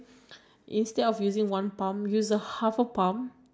you have to regularly practice to draw and everything